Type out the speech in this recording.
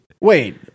wait